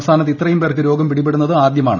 സംസ്ഥാനത്ത് ഇത്രയും പേർക്ക് രോഗം പിടിപെടുന്നത് ആദ്യമാണ്